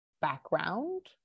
background